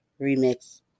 remix